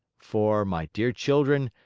for, my dear children,